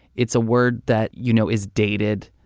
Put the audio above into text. it's a word that you know is dated.